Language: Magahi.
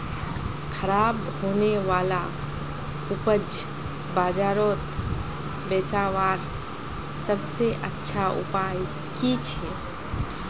ख़राब होने वाला उपज बजारोत बेचावार सबसे अच्छा उपाय कि छे?